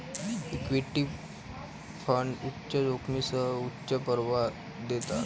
equity fund उच्च जोखमीसह उच्च परतावा देतात